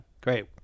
Great